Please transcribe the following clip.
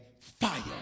fire